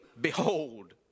behold